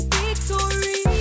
victory